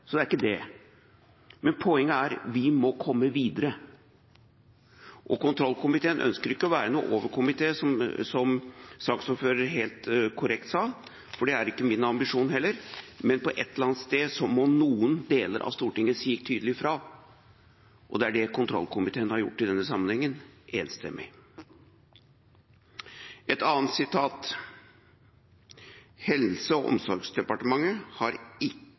Så det er ikke det. Men poenget er: Vi må komme videre. Kontrollkomiteen ønsker ikke å være noen overkomité, som saksordføreren helt korrekt sa, og det er ikke min ambisjon heller. Men på ett eller annet sted må noen deler av Stortinget si tydelig fra, og det er det kontrollkomiteen har gjort i denne sammenhengen – enstemmig. Et annet sitat: «Helse- og omsorgsdepartementet har